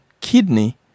kidney